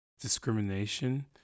discrimination